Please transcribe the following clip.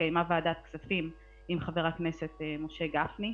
התקיימה ועדת הכספים עם חבר הכנסת משה גפני.